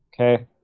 okay